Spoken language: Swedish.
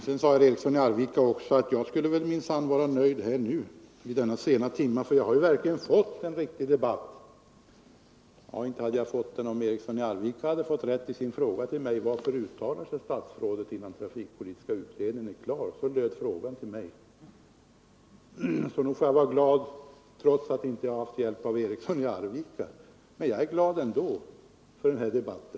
Vidare sade herr Eriksson i Arvika att jag minsann skulle vara nöjd nu vid denna sena timme, eftersom jag verkligen har fått en riktig debatt. Ja, inte hade jag fått det, om herr Eriksson i Arvika hade fått som han ville när han ställde sin enkla fråga till mig om varför statsrådet uttalar sig innan trafikpolitiska utredningen är klar med sitt ställningstagande. Men trots att jag inte haft hjälp av herr Eriksson i Arvika är jag ändå glad för denna debatt.